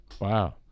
Wow